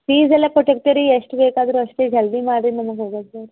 fees ಎಲ್ಲ ಕೊಟ್ಟಿರ್ತೀವಿ ರೀ ಎಷ್ಟು ಬೇಕಾದರು ಅಷ್ಟೆ ಜಲ್ದಿ ಮಾಡ್ರಿ ನಮ್ಗ ಹೋಗ್ಬೇಕು